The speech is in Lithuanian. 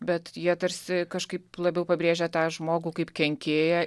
bet jie tarsi kažkaip labiau pabrėžia tą žmogų kaip kenkėją